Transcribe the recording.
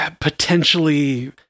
potentially